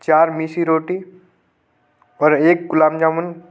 चार मिशी रोटी ओर एक गुलाब जामुन